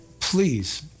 Please